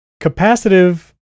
capacitive